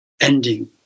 ending